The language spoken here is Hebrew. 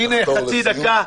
הינה, חצי דקה.